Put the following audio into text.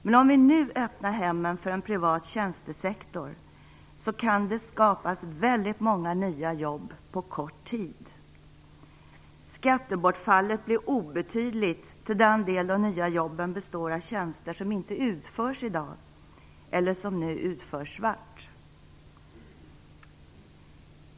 Men om vi nu öppnar hemmen för en privat tjänstesektor kan det skapas väldigt många nya jobb på kort tid. Skattebortfallet blir obetydligt eftersom de nya jobben består av tjänster som inte utförs i dag eller som nu utförs svart.